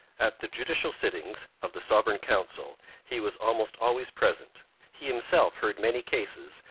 at the judicial sittings of the sovereign council he was almost always present he himself heard many cases,